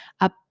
up